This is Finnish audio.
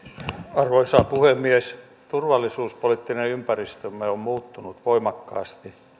arvoisa puhemies turvallisuuspoliittinen ympäristömme on muuttunut voimakkaasti